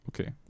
Okay